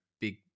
big